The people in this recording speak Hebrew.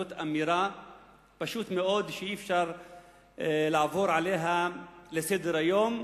זאת אמירה שאי-אפשר לעבור עליה לסדר-היום.